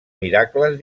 miracles